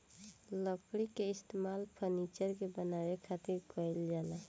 लकड़ी के इस्तेमाल फर्नीचर के बानवे खातिर कईल जाला